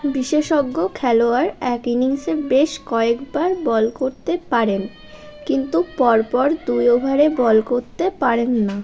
বিশেষজ্ঞ খেলোয়াড় এক ইনিংসে বেশ কয়েকবার বল করতে পারেন কিন্তু পরপর দুই ওভারে বল করতে পারেন না